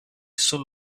soul